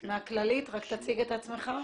משירותי בריאות כללית, רק תציג את עצמך.